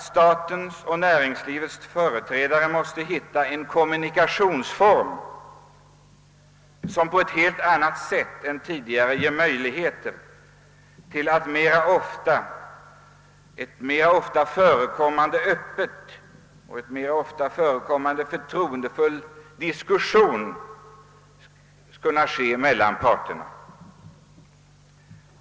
Statens och näringslivets företrädare måste finna en kommunikationsform som på ett helt annat sätt än tidigare ger möjligheter till flera, öppnare och mera förtroendefulla diskussioner mellan parterna.